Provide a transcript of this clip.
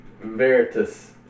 Veritas